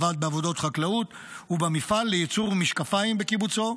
עבד בעבודות חקלאות ובמפעל לייצור משקפיים בקיבוצו,